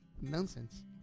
nonsense